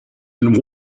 and